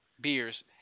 beers